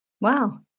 Wow